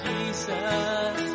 Jesus